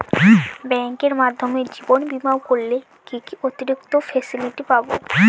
ব্যাংকের মাধ্যমে জীবন বীমা করলে কি কি অতিরিক্ত ফেসিলিটি পাব?